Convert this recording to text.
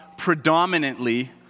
predominantly